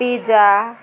pizza